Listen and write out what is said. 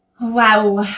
wow